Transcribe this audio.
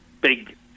big